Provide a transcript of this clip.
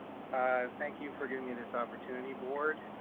thank you for giving me this opportunity board.